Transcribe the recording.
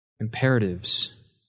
imperatives